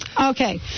Okay